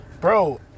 Bro